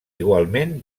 igualment